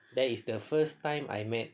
that is the first time I met